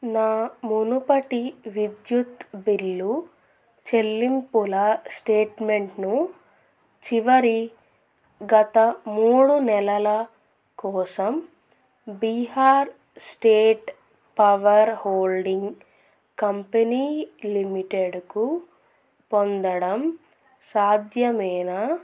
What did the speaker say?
నా మునుపటి విద్యుత్ బిల్లు చెల్లింపుల స్టేట్మెంట్ను చివరి గత మూడు నెలల కోసం Bihar state power holding company లిమిటెడ్కు పొందడం సాధ్యమేనా